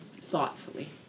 thoughtfully